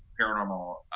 paranormal